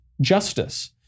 justice